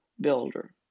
builder